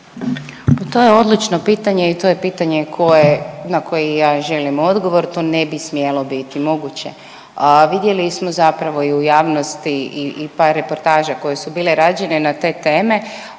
To je odlično pitanje i to je pitanje koje na koje i ja želim odgovor, to ne bi smjelo biti moguće, a vidjeli smo zapravo i u javnosti i par reportaža koje su bile rađene na te teme.